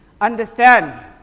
Understand